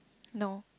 no